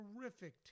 terrific